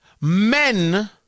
men